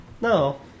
No